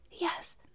yes